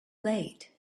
late